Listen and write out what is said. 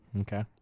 Okay